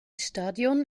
stadion